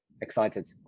excited